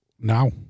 now